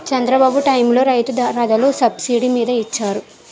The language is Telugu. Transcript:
చంద్రబాబు టైములో రైతు రథాలు సబ్సిడీ మీద ఇచ్చారు